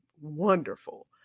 wonderful